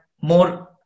more